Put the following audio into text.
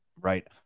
right